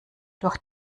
durch